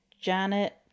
Janet